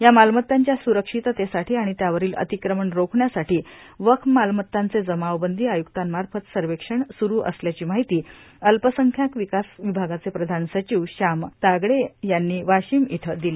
या मालमतांच्या स्रक्षिततेसाठी आणि त्यावरील अतिक्रमण रोखण्यासाठी वक्फ मालमत्तांचे जमाबंदी आय्क्तांमार्फत सर्वेक्षण स्रु असल्याची माहिती अल्पसंख्याक विकास विभागाचे प्रधान सचिव श्याम तागडे यांनी वाशिम इथं दिली